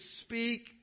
speak